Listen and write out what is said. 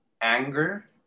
anger